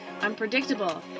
unpredictable